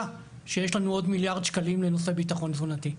שיש לנו עוד מיליארד שקלים לנושא ביטחון תזונתי.